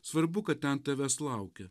svarbu kad ten tavęs laukia